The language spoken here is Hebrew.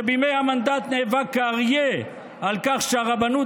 שבימי המנדט נאבק כאריה על כך שהרבנות